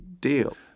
deal